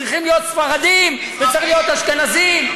צריכים להיות ספרדים וצריכים להיות אשכנזים.